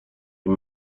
این